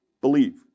Believe